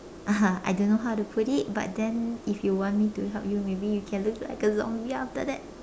I don't know how to put it but then if you want me to help you maybe you can look like a zombie after that